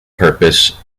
purpose